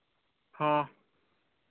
ᱦᱚᱸ